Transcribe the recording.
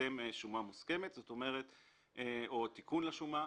לקדם שומה מוסכמת או תיקון לשומה.